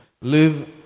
live